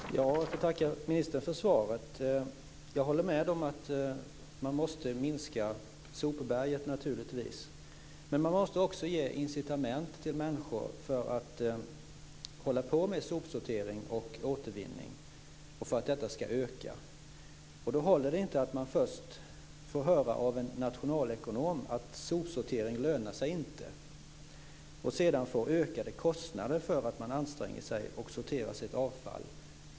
Fru talman! Jag får tacka ministern för svaret. Jag håller naturligtvis med om att man måste minska sopberget. Men man måste också ge incitament till människor för att de ska hålla på med sopsortering och återvinning och för att detta ska öka. Det håller då inte att man först får höra av en nationalekonom att sopsortering inte lönar sig, och sedan få ökade kostnader för att man anstränger sig och sorterar sitt avfall.